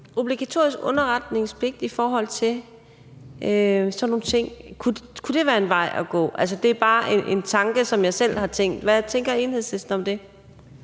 obligatorisk underretningspligt i forhold til sådan nogle ting – kunne det være en vej at gå? Altså, det er bare en tanke, som jeg selv har tænkt. Hvad tænker Enhedslisten om det?